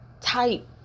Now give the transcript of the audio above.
type